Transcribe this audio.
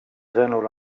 sõnul